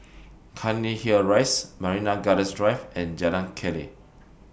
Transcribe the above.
Cairnhill Rise Marina Gardens Drive and Jalan Keli